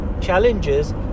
challenges